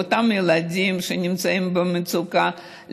לאותם ילדים שנמצאים במצוקה,